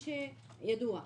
ידוע,